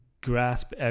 grasp